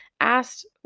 asked